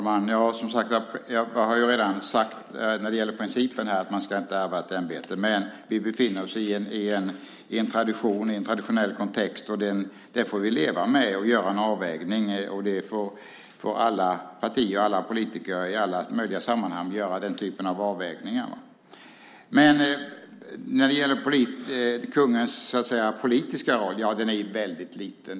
Fru talman! När det gäller principen har jag redan sagt att man inte ska ärva ett ämbete. Men vi befinner oss i en traditionell kontext. Det får vi leva med och göra en avvägning. Den typen av avvägningar får alla partier och politiker göra i alla möjliga sammanhang. När det gäller kungens politiska roll är den mycket liten.